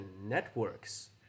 networks